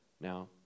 Now